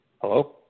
Hello